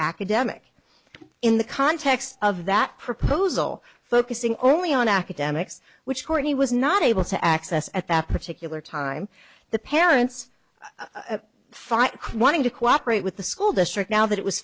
academic in the context of that proposal focusing only on academics which court he was not able to access at that particular time the parents fight crime wanting to cooperate with the school district now that it was